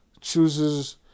chooses